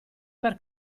per